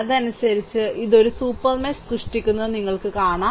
അതനുസരിച്ച് ഇത് ഒരു സൂപ്പർ മെഷ് സൃഷ്ടിക്കുന്നത് നിങ്ങൾ കാണും